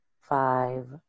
five